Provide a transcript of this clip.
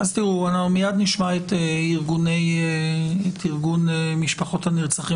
מיד נשמע את ארגון משפחות הנרצחים